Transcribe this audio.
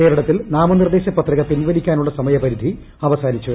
കേര്ളത്തിൽ നാമനിർദ്ദേശ പത്രിക പിൻവലിക്കാനുള്ള സമയു പ്പിരിധി അവസാനിച്ചു